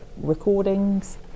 recordings